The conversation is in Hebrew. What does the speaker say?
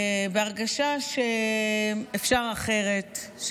בהרגשה שאפשר אחרת,